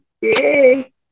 yay